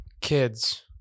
kids